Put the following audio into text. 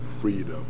freedom